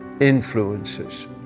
influences